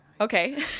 Okay